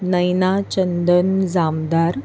Naina Chandan Jamdar